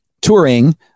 touring